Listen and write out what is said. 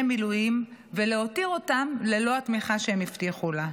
מילואים ולהותיר אותם ללא התמיכה שהבטיחה להם?